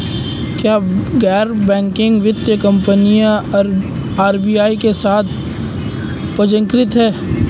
क्या गैर बैंकिंग वित्तीय कंपनियां आर.बी.आई के साथ पंजीकृत हैं?